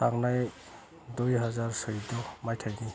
थांनाय दुइहाजार सुइद्द' माइथायनि